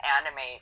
animate